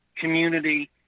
community